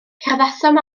cerddasom